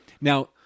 Now